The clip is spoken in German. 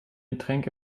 getränk